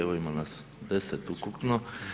Evo ima nas 10 ukupno.